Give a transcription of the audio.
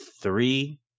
three